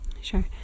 sure